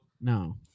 No